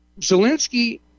Zelensky